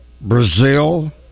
Brazil